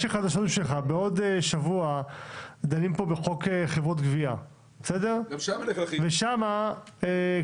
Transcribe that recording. יש לי חדשות בשבילך: בעוד שבוע ידונו פה בחוק חברות גבייה ושם כבר